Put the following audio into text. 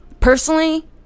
Personally